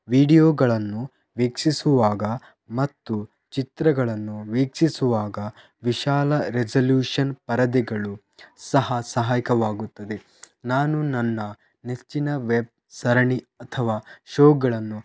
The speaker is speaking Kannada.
ವಿಡಿಯೋಗಳನ್ನು ವೀಕ್ಷಿಸುವಾಗ ಮತ್ತು ಚಿತ್ರಗಳನ್ನು ವೀಕ್ಷಿಸುವಾಗ ವಿಶಾಲ ರೆಸಲ್ಯೂಷನ್ ಪರದೆಗಳು ಸಹ ಸಹಾಯಕವಾಗುತ್ತದೆ ನಾನು ನನ್ನ ನೆಚ್ಚಿನ ವೆಬ್ ಸರಣಿ ಅಥವಾ ಶೋಗಳನ್ನು